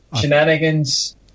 shenanigans